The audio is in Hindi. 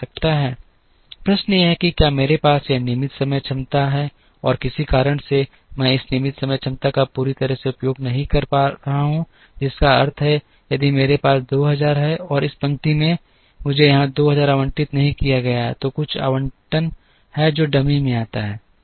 प्रश्न यह है कि क्या मेरे पास यह नियमित समय क्षमता है और किसी कारण से मैं इस नियमित समय क्षमता का पूरी तरह से उपयोग नहीं कर रहा हूं जिसका अर्थ है यदि मेरे पास 2000 है और इस पंक्ति में मुझे यहाँ 2000 आवंटित नहीं किया गया है तो कुछ आवंटन है जो डमी में आता है